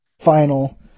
Final